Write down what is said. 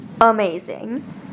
amazing